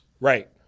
Right